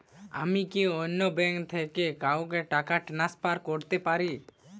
আমি কি অন্য ব্যাঙ্ক থেকে কাউকে টাকা ট্রান্সফার করতে পারি?